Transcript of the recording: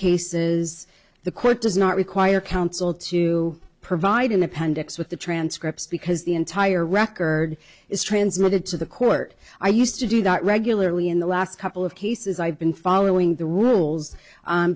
cases the court does not require counsel to provide an appendix with the transcripts because the entire record is transmitted to the court i used to do that regularly in the last couple of cases i've been following the rules